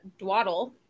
dwaddle